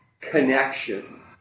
connection